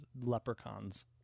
leprechauns